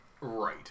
right